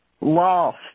lost